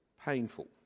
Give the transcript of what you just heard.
painful